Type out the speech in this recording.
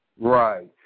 Right